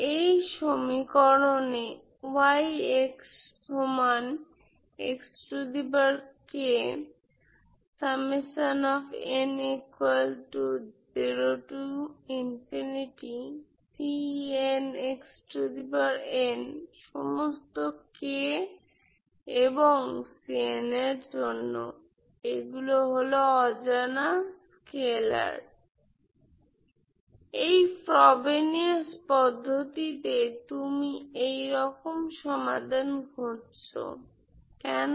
এই সমীকরণে হল অজানা স্কেলার এই ফ্রবেনিয়াস পদ্ধতিতে তুমি এইরকম সমাধান খুঁজছো কেন